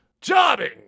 Jobbing